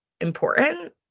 important